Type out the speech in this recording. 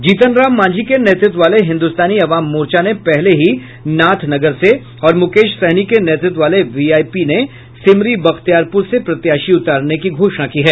जीतन राम मांझी के नेतृत्व वाले हिन्द्रस्तानी अवाम मोर्चा ने पहले ही नाथनगर से और मुकेश सहनी के नेतृत्व वाले वीआईपी ने सिमरी बख्तियारपुर से प्रत्याशी उतारने की घोषणा की है